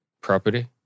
Property